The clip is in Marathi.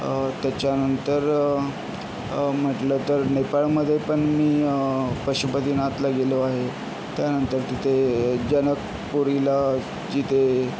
त्याच्यानंतर म्हटलं तर नेपाळमध्ये पण मी पशुपतीनाथला गेलो आहे त्यानंतर तिथे जनकपुरीला जिथे